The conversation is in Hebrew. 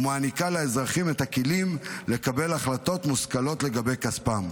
ומעניקה לאזרחים את הכלים לקבל החלטות מושכלות לגבי כספם.